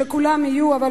שכולם יהיו כאן.